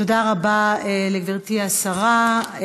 תודה רבה לגברתי השרה.